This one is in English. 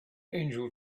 angel